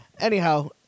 Anyhow